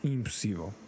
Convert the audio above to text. Impossível